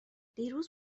دیروز